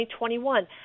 2021